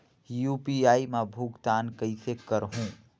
UPI मा भुगतान कइसे करहूं?